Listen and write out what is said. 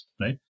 right